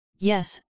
Yes